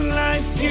life